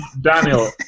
Daniel